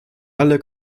alle